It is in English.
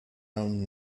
own